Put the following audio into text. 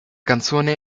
canzone